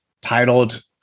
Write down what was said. titled